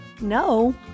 No